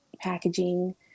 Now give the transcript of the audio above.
packaging